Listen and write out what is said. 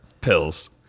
pills